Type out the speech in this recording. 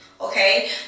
Okay